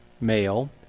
male